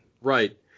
Right